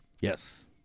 Yes